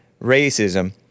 racism